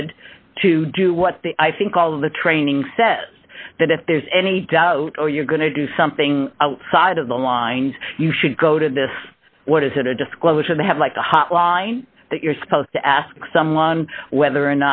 did to do what the i think all of the training says that if there's any doubt or you're going to do something outside of the lines you should go to this what is it a disclosure they have like a hotline that you're supposed to ask someone whether or